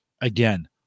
again